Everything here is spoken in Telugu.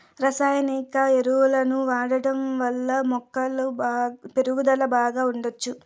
రసాయనిక ఎరువులను వాడటం వల్ల మొక్కల పెరుగుదల బాగా ఉండచ్చు